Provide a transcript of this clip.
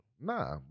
Nah